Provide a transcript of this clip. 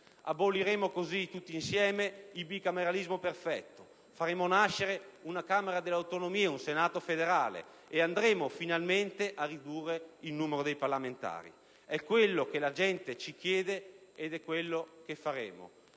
Aboliremo così, tutti insieme, il bicameralismo perfetto, faremo nascere una Camera delle autonomie, un Senato federale, e andremo finalmente a ridurre il numero dei parlamentari: è quello che la gente ci chiede ed è ciò che faremo.